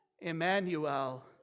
Emmanuel